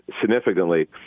significantly